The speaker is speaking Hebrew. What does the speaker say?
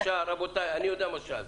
אני יודע מה שאלתי.